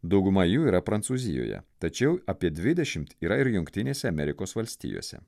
dauguma jų yra prancūzijoje tačiau apie dvidešimt yra ir jungtinėse amerikos valstijose